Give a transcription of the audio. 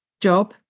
Job